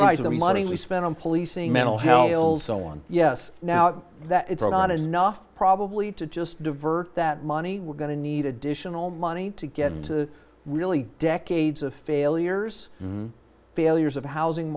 the money we spent on policing mental health so on yes now that it's not enough probably to just divert that money we're going to need additional money to get to really decades of failures failures of housing